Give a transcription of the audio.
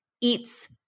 eats